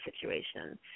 situation